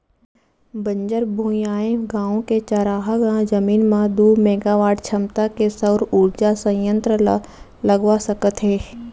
बंजर भुइंयाय गाँव के चारागाह जमीन म दू मेगावाट छमता के सउर उरजा संयत्र ल लगवा सकत हे